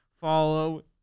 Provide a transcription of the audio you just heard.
follow